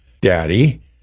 Daddy